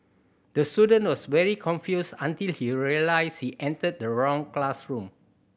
the student was very confused until he realised he entered the wrong classroom